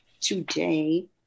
today